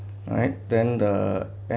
alright then the